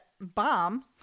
bomb